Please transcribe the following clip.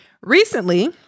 recently